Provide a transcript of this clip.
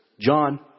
John